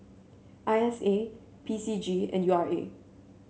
I S A P C G and U R A